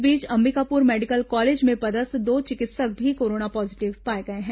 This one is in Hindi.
इस बीच अंबिकापुर मेडिकल कॉलेज में पदस्थ दो चिकित्सक भी कोरोना पॉजिटिव पाए गए हैं